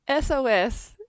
SOS